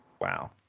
Wow